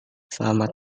selamat